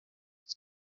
its